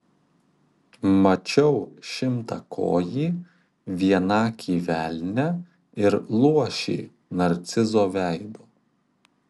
mačiau šimtakojį vienakį velnią ir luošį narcizo veidu